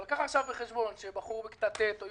אבל קח עכשיו בחשבון שנער בכיתה ט' או